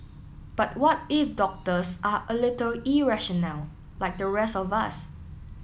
but what if doctors are a little irrational like the rest of us